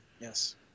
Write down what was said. Yes